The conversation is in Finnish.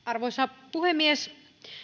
arvoisa puhemies